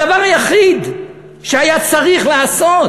הדבר היחיד שהיה צריך לעשות,